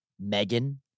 Megan